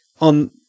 on